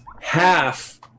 Half